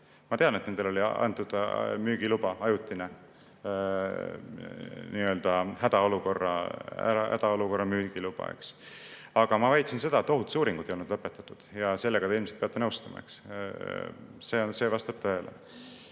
Ma tean, et nendele oli antud ajutine müügiluba, nii-öelda hädaolukorra müügiluba. Ma väitsin seda, et ohutusuuringud ei olnud lõpetatud, ja sellega te ilmselt peate nõustuma, eks. See vastab tõele.